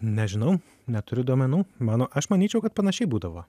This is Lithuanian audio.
nežinau neturiu duomenų mano aš manyčiau kad panašiai būdavo